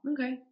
okay